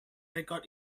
record